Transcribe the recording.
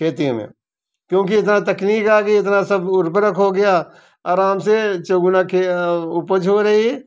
खेती में क्योंकि इतना तकनीक आ गई इतना सब उर्वरक हो गया आराम से चौगुना उपज हो रही है